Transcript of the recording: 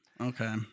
okay